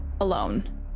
alone